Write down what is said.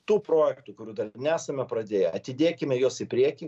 tų projektų kurių dar nesame pradėję atidėkime juos į priekį